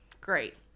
Great